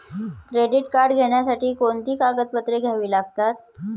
Credit card घेण्यासाठी कोणती कागदपत्रे घ्यावी लागतात?